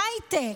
ההייטק,